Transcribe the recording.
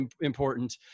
important